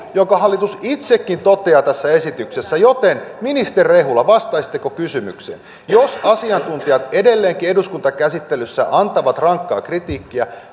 minkä hallitus itsekin toteaa tässä esityksessä joten ministeri rehula vastaisitteko kysymykseen jos asiantuntijat edelleenkin eduskuntakäsittelyssä antavat rankkaa kritiikkiä